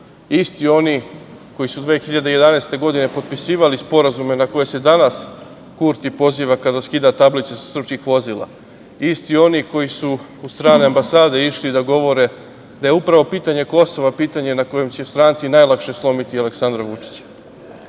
isti oni koji su 2011. godine potpisivali sporazume na koje se danas Kurti poziva kada skida tablice sa srpskih vozila, isti oni koji su u strane ambasade išli da govore da je upravo pitanje Kosova pitanje na kojem će stranci najlakše slomiti Aleksandra Vučića.